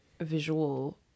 visual